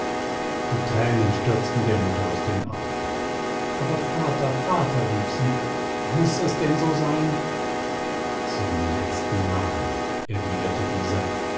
die tränen stürzten der mutter aus den augen aber vater vater rief sie muß es denn so sein zum letzten male erwiderte dieser